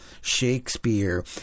Shakespeare